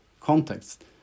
context